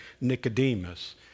Nicodemus